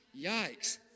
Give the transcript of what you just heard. Yikes